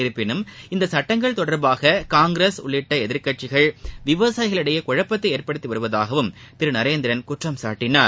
இருப்பினும் இந்த சுட்டங்கள் தொடர்பாக காங்கிரஸ் உள்ளிட்ட எதிர்க்கட்சிகள் விவசாயிகளிடையே குழப்பத்தை ஏற்படுத்தி வருவதாகவும் திரு நரேந்திரன் குற்றம் சாட்டினார்